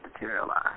materialize